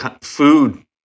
food